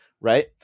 right